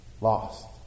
lost